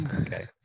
okay